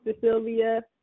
Sylvia